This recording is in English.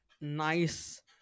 nice